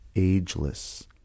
ageless